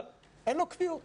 אבל אין להם קביעות